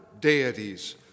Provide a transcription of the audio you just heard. deities